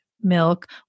milk